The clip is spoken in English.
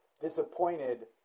disappointed